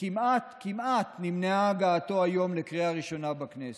וכמעט כמעט נמנעה הגעתו היום לקריאה ראשונה בכנסת.